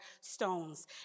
stones